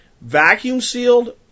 vacuum-sealed